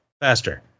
Faster